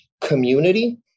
community